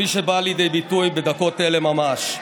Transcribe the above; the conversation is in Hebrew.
כפי שבא לידי ביטוי בדקות אלה ממש.